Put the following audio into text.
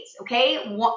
okay